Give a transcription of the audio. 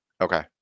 okay